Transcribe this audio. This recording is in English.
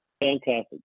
Fantastic